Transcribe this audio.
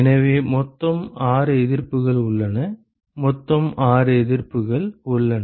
எனவே மொத்தம் 6 எதிர்ப்புகள் உள்ளன மொத்தம் 6 எதிர்ப்புகள் உள்ளன